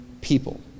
people